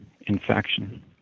infection